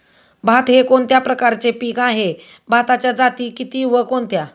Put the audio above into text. भात हे कोणत्या प्रकारचे पीक आहे? भाताच्या जाती किती व कोणत्या?